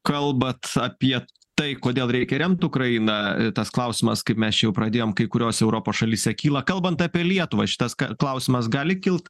kalbat apie tai kodėl reikia remt ukrainą tas klausimas kaip mes čia jau pradėjom kai kuriose europos šalyse kyla kalbant apie lietuvą šitas klausimas gali kilt